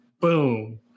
Boom